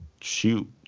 shoot